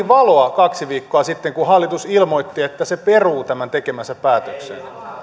valoa kaksi viikkoa sitten kun hallitus ilmoitti että se peruu tämän tekemänsä päätöksen